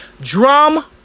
Drum